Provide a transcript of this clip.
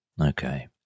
Okay